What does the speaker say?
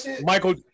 Michael